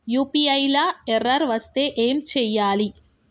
UPI లా error వస్తే ఏం చేయాలి?